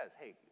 hey